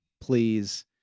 please